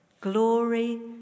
Glory